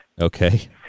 Okay